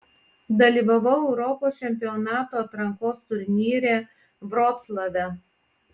dalyvavau europos čempionato atrankos turnyre vroclave